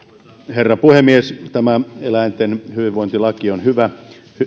herra puhemies tämä eläinten hyvinvointilaki on hyvä